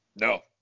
No